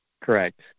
Correct